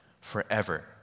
forever